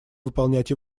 выполнять